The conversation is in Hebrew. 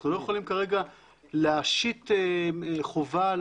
אנחנו לא יכולים כרגע להשית חובה על